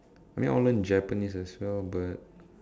I mean I want to learn Japanese as well but